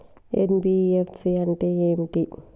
NBFC అంటే ఏమిటి?